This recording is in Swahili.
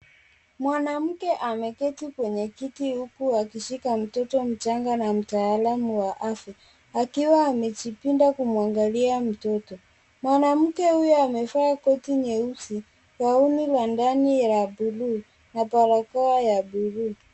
Mwanamke ameketi kwenye kiti huku akishika mtoto mchanga na mtaalamu wa afya, akiwa amejipinda kumwangalia mtoto. Mwanamke huyo, amevaa koti nyeusi, gauni ya ndani ya buluu na barakoa ya buluu.